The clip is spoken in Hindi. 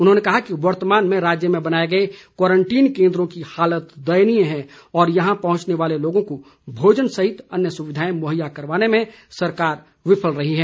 उन्होंने कहा कि वर्तमान में राज्य में बनाए गए क्वारंटीन केंद्रों की हालत दयनीय है और यहां पहुंचने वाले लोगों को भोजन सहित अन्य सुविधाएं मुहैया करवाने में सरकार विफल रही है